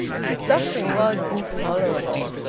his suffering was intolerable.